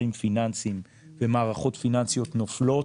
פיננסיים ומערכות פיננסיות נופלות,